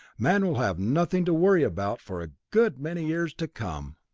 man will have nothing to worry about for a good many years to come!